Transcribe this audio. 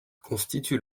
constitue